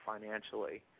financially